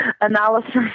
analysis